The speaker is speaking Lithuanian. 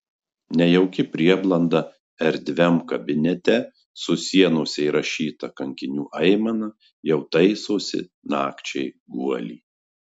nejauki prieblanda erdviam kabinete su sienose įrašyta kankinių aimana jau taisosi nakčiai guolį